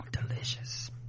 delicious